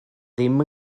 ddim